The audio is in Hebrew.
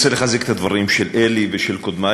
אני רוצה לחזק את הדברים של אלי ושל קודמי.